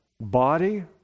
body